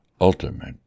ultimate